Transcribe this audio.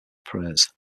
prayers